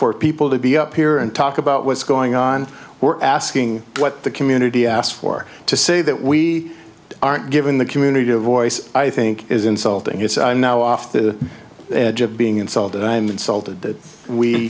for people to be up here and talk about what's going on or asking what the community asked for to say that we aren't given the community a voice i think is insulting yes i'm now off the edge of being insulted i'm insulted that we